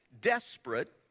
desperate